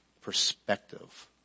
perspective